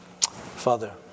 father